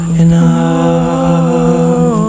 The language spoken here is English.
enough